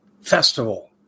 festival